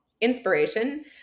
inspiration